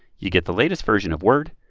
you get the latest version of word,